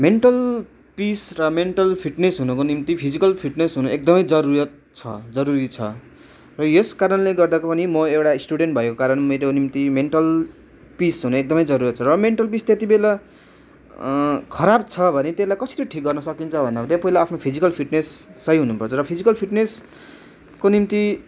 mental peace र mental fitness हुनुको निम्ति फिजिकल फिटनेस हुनु एकदम जरुरत छ जरुरी छ र यस कारणले गर्दा पनि म एउटा स्टुडेन्ट भएको कारण मेरो निम्ति मेन्टल पिस हुनु एकदमै जरुरत छ र मेन्टल पिस त्यति बेला खराब छ भने त्यसलाई कसरी ठिक गर्न सकिन्छ भन्दा त पहिला आफ्नो फिजिकल फिटनेस सही हुनुपर्छ र फिजिकल फिटनेसको निम्ति